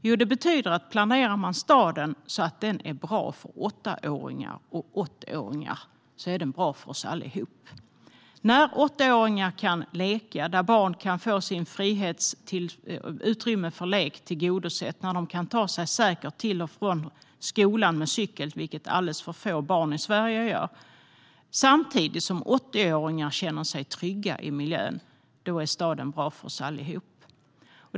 Jo, det betyder att om man planerar staden så att den är bra för 8-åringar och 80-åringar är den bra för oss alla. När 8-åringar kan få utrymme att leka och när de kan ta sig säkert till och från skolan med cykel - vilket alldeles för få barn i Sverige gör - samtidigt som 80åringar känner sig trygga i miljön är staden bra för oss alla.